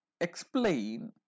explain